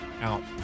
out